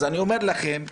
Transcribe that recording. אז אני אומר לכם: